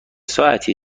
ساعتی